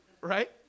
right